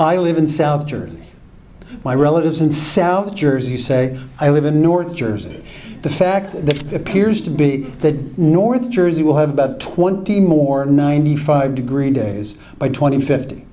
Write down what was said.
i live in south jersey my relatives in south jersey say i live in north jersey the fact that appears to be the north jersey will have about twenty more ninety five degree days by tw